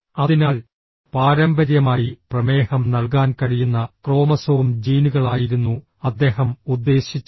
അതിനാൽ പാരമ്പര്യമായി പ്രമേഹം നൽകാൻ കഴിയുന്ന ക്രോമസോം ജീനുകളായിരുന്നു അദ്ദേഹം ഉദ്ദേശിച്ചത്